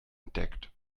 entdeckt